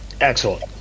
Excellent